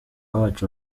wacu